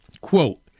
quote